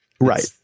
Right